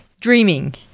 dreaming